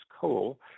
coal